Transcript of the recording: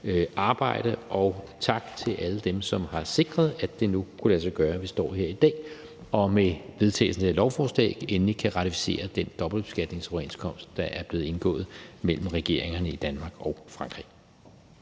arbejde. Tak til alle dem, som har sikret, at det nu kan lade sig gøre, at vi står her i dag og med vedtagelsen af lovforslaget endelig kan ratificere den dobbeltbeskatningsoverenskomst, der er blevet indgået mellem regeringerne i Danmark og Frankrig.